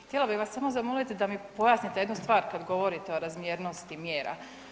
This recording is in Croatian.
Htjela bih vas samo zamoliti da mi pojasnite jednu stvar kad govorite o razmjernosti mjera.